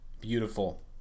beautiful